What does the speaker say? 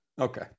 Okay